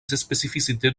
spécificités